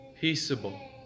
peaceable